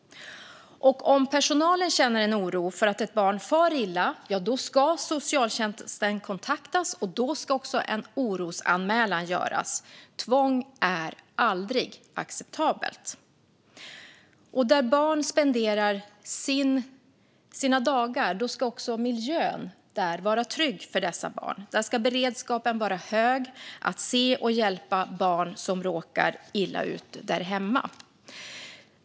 Om personalen känner en oro för att ett barn far illa ska socialtjänsten kontaktas, och då ska också en orosanmälan göras. Tvång är aldrig acceptabelt. Där barn spenderar sina dagar ska också miljön vara trygg för dessa barn. Där ska beredskapen vara hög att se och hjälpa barn som råkar illa ut där hemma.